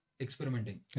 experimenting